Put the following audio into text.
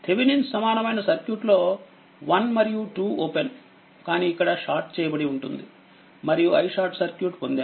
Thevenin's సమానమైన circuit లో 1 మరియు 2 ఓపెన్ కానీఇక్కడ షార్ట్ చేయబడి ఉంటుంది మరియు iSC పొందాము